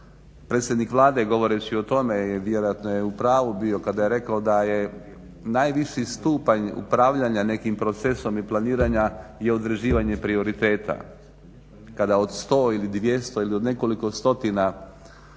Predsjednik Vlade govoreći o tome vjerojatno je u pravu bio kada je rekao da je najviši stupanj upravljanja nekim procesom i planiranja je određivanje prioriteta. Kada od 100 ili 200 ili od nekoliko stotina